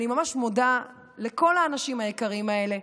אני ממש מודה לכל האנשים היקרים האלה.